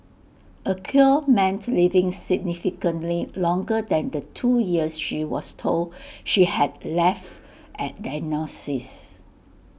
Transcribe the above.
A cure meant living significantly longer than the two years she was told she had left at diagnosis